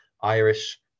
Irish